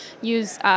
use